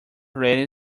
rating